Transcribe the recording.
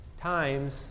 Times